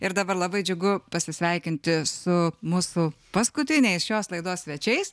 ir dabar labai džiugu pasisveikinti su mūsų paskutiniais šios laidos svečiais